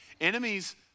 Enemies